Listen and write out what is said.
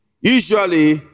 usually